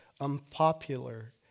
unpopular